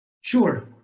Sure